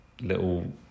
Little